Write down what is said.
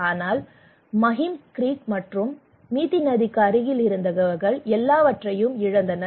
ஆனால் மஹிம் க்ரீக் அல்லது நதிக்கு அருகில் இருந்தவர்கள் எல்லாவற்றையும் இழந்தனர்